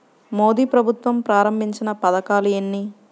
మోదీ ప్రభుత్వం ప్రారంభించిన పథకాలు ఎన్ని?